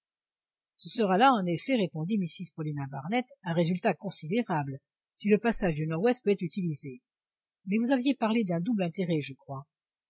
ce sera là en effet répondit mrs paulina barnett un résultat considérable si le passage du nord-ouest peut être utilisé mais vous aviez parlé d'un double intérêt je crois